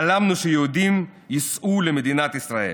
חלמנו שיהודים ייסעו למדינת ישראל.